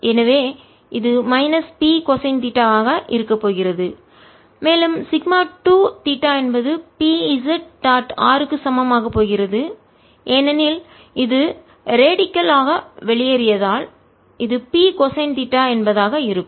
எனவே இது minus P cosine theta ஆக இருக்கப்போகிறது மற்றும் σ 2 தீட்டா என்பது P z டாட் r க்கு சமம் ஆக போகிறது ஏனெனில் இது ரேடிக்கல் ஆக முழுவதும் வெளியேறியதால் இது P கொசைன் தீட்டா என்பதா ஆக இருக்கும்